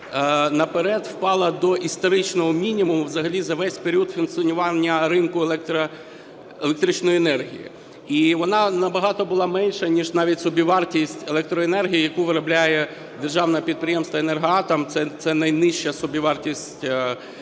наперед" впала до історичного мінімуму взагалі за весь період функціонування ринку електричної енергії. І вона набагато була менша ніж навіть собівартість електроенергії, яку виробляє Державне підприємство "Енергоатом", це найнижча собівартість в державі.